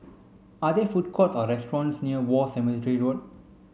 are there food courts or restaurants near War Cemetery Road